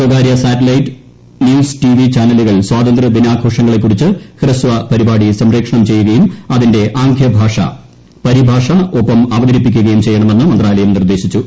സ്വകാര്യ satellite news T V ചാനലുകൾ സ്വാതന്ത്ര്യദിനാഘോഷ ങ്ങളെക്കുറിച്ച് ഹൃസ്വ പരിപാടി സംപ്രേക്ഷണം ചെയ്യുകയും അതിന്റെ ആംഗ്യ ഭാഷാ പരിഭാഷ ഒപ്പം അവതരിപ്പിക്കുകയും ചെയ്യണമെന്ന് മന്ത്രാലയം നിർദേശിച്ചു